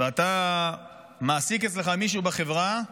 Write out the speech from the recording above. ואתה מעסיק אצלך מישהו בחברה.